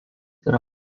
yra